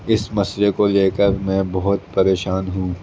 اس مسئلے کو لے کر میں بہت پریشان ہوں